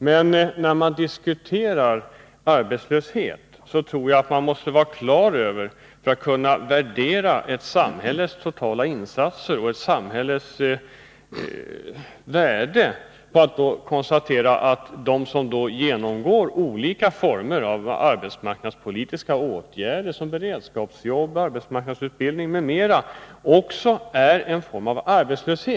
Men när man diskuterar arbetslöshet måste man för att kunna värdera ett samhälles totala insatser och ett samhälles värde vara på det klara med att olika former av arbetsmarknadspolitiska åtgärder — beredskapsjobb, arbetsmarknadsutbildning m.m. — också innebär en form av arbetslöshet.